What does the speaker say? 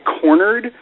cornered